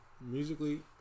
Musically